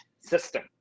system